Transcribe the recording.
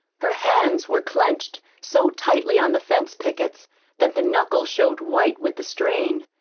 her hands were clenched so tightly on the fence pickets that the knuckles showed white with the strain.